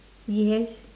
yes